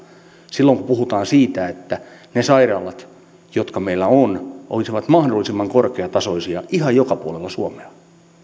silloin kun puhutaan siitä niin että ne sairaalat jotka meillä on olisivat mahdollisimman korkeatasoisia ihan joka puolella suomea